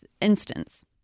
instance